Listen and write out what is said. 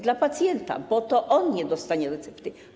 Dla pacjenta, bo to on nie dostanie recepty.